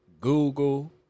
Google